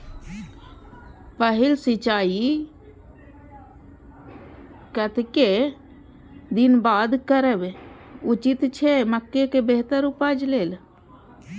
पहिल सिंचाई कतेक दिन बाद करब उचित छे मके के बेहतर उपज लेल?